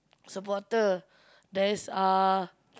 supporter there's uh